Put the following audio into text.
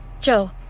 Joe